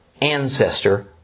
ancestor